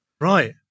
Right